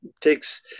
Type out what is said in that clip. takes